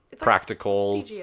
practical